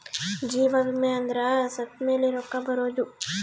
ಜೀವ ವಿಮೆ ಅಂದ್ರ ಸತ್ತ್ಮೆಲೆ ರೊಕ್ಕ ಬರೋದು